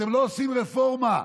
אתם לא עושים רפורמה,